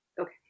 Okay